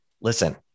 Listen